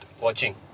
watching